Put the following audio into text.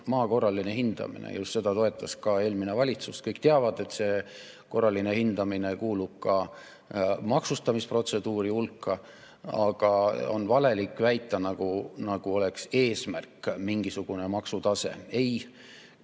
maa korraline hindamine. Just seda toetas ka eelmine valitsus. Kõik teavad, et see korraline hindamine kuulub ka maksustamisprotseduuri hulka, ja on valelik väita, nagu oleks eesmärk mingisugune maksutase. Ei